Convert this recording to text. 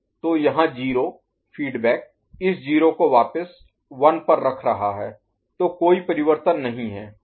तो यहाँ 0 फीडबैक इस 0 को वापस 1 पर रख रहा है तो कोई परिवर्तन नहीं है